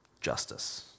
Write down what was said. justice